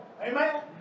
Amen